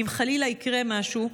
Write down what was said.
אם חלילה יקרה משהו,